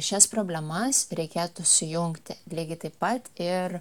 šias problemas reikėtų sujungti lygiai taip pat ir